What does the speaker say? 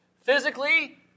Physically